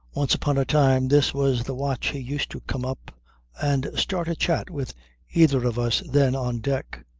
once upon a time this was the watch he used to come up and start a chat with either of us then on deck.